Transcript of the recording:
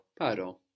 Paro